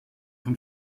von